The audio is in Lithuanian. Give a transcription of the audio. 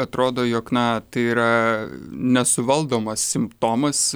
atrodo jog na tai yra nesuvaldomas simptomas